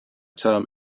term